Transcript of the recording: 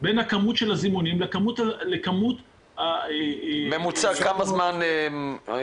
בין כמות הזימונים ל- -- כמה זמן מחכים